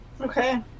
Okay